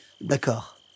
D'accord